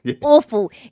awful